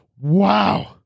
wow